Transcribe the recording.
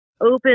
open